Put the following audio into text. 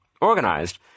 organized